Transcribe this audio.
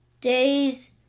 days